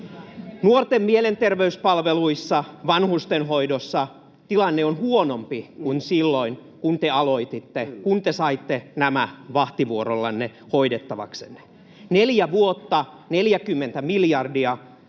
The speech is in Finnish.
Nuorten mielenterveyspalveluissa ja vanhustenhoidossa tilanne on huonompi kuin silloin kun te aloititte, kun te saitte nämä vahtivuorollanne hoidettavaksenne. Neljä vuotta, ja 40 miljardia